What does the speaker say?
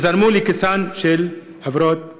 שזרמו לכיסן של חברות הסיגריות.